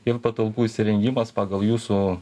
ir patalpų įrengimas pagal jūsų